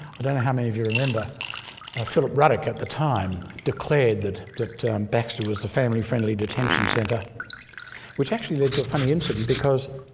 i don't know how many of you remember philip ruddock at the time declared that that baxter was the family-friendly detention centre which actually led to a funny incident, because